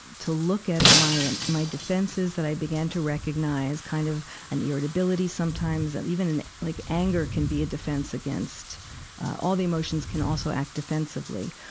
to look at my my defenses that i began to recognize kind of an irritability sometimes. and even an, like anger can be a defense against, uh all the emotions can also act defensively.